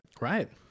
Right